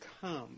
come